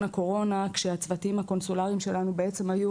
הקורונה כשהצוותים הקונסולריים שלנו בעצם היו